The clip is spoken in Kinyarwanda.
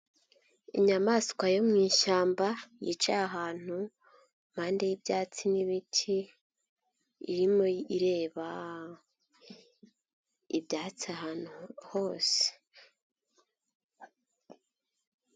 Inyamaswa yo mu ishyamba yicaye ahantu impande y'ibyatsi n'ibiti, irimo ireba ibyatsi ahantu hose.